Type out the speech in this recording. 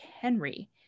Henry